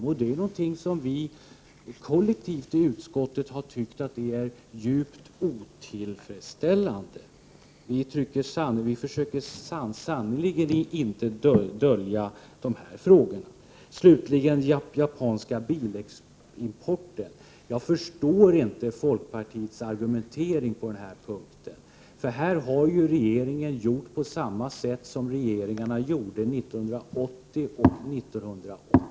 Och vi har ju kollektivt i utskottet tyckt att detta är någonting djupt otillfredsställande. Vi försöker sannerligen inte dölja dessa frågor. När det slutligen gäller den japanska bilimporten vill jag säga att jag inte förstår folkpartiets argumentering på den punkten. Här har ju regeringen gjort på samma sätt som regeringarna gjorde 1980 och 1981.